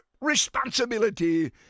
responsibility